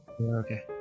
Okay